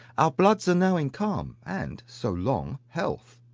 our bloods are now in calm and so long health!